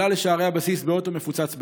עלה לשערי הבסיס באוטו מפוצץ באוכל.